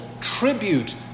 tribute